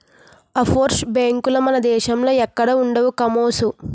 offshore బేంకులు మన దేశంలో ఎక్కడా ఉండవు కామోసు